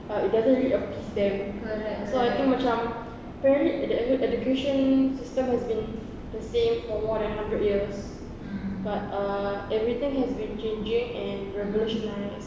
but it doesn't really appease them so I think macam apparently the edu~ education system has been the same for more than hundred years but uh everything has been changing and revolutionised